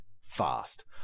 fast